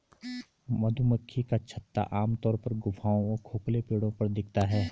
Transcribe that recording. मधुमक्खी का छत्ता आमतौर पर गुफाओं व खोखले पेड़ों पर दिखता है